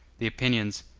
the opinions,